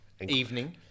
Evening